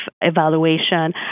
evaluation